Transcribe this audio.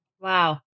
Wow